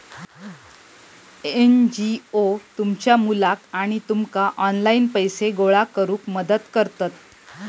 NGO तुमच्या मुलाक आणि तुमका ऑनलाइन पैसे गोळा करूक मदत करतत